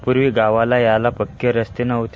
पूर्वी गावाला यायला पक्के रस्ते नव्हते